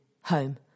home